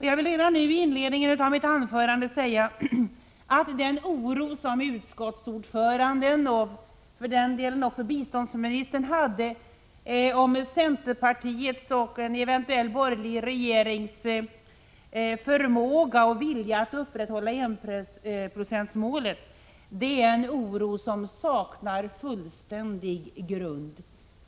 Jag vill redan nu i inledningen av mitt anförande säga att den oro som utskottsordföranden, och för den delen även biståndsministern, kände rörande centerpartiets och en eventuell borgerlig regerings förmåga och vilja att upprätthålla enprocentsmålet är en oro som fullständigt saknar grund.